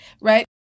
Right